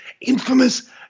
infamous